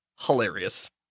hilarious